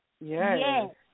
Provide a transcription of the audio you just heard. Yes